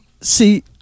See